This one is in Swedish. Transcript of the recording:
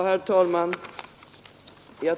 Herr talman!